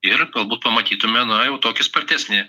ir galbūt pamatytume na jau tokį spartesnį